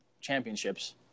championships